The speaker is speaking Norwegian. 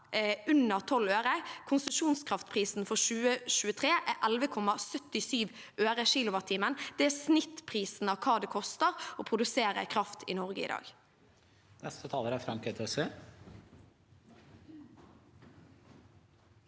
under 12 øre – konsesjonskraftprisen for 2023 er 11,77 øre kilowattimen. Det er snittprisen for hva det koster å produsere kraft i Norge i dag.